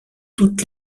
toutes